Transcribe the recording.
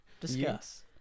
Discuss